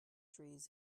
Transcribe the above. trees